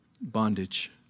bondage